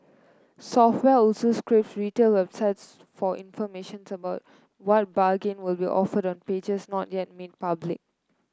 software also scrape retail websites for information about what bargain will be offered on pages not yet made public